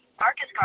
Marcus